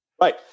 Right